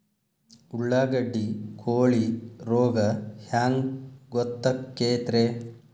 ಉಳ್ಳಾಗಡ್ಡಿ ಕೋಳಿ ರೋಗ ಹ್ಯಾಂಗ್ ಗೊತ್ತಕ್ಕೆತ್ರೇ?